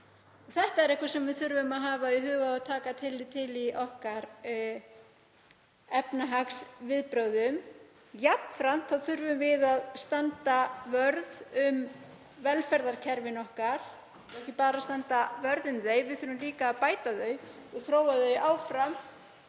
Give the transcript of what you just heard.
Það er eitthvað sem við þurfum að hafa í huga og taka tillit til í efnahagsviðbrögðum okkar. Jafnframt þurfum við að standa vörð um velferðarkerfin okkar. Og ekki bara standa vörð um þau, við þurfum líka að bæta þau og þróa þau áfram